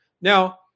Now